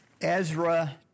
Ezra